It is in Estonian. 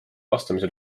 vastamisi